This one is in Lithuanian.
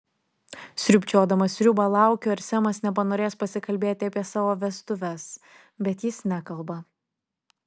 sriubčiodama sriubą laukiu ar semas nepanorės pasikalbėti apie savo vestuves bet jis nekalba